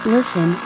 Listen